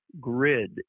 grid